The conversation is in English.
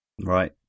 Right